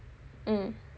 mm